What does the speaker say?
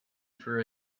for